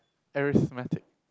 arithmetic